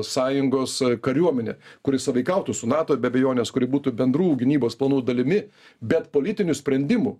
sąjungos kariuomenė kuri sąveikautų su nato be abejonės kuri būtų bendrų gynybos planų dalimi bet politinių sprendimų